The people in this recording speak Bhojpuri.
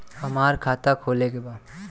हमार खाता खोले के बा?